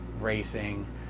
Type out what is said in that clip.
racing